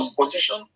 position